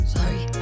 Sorry